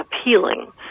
appealing